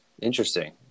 Interesting